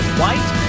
white